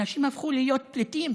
אנשים הפכו להיות פליטים,